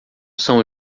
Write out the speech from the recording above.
são